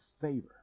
favor